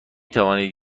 توانید